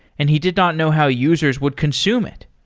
and he did not know how users would consume it.